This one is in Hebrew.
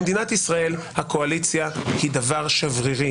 במדינת ישראל הקואליציה היא דבר שברירי,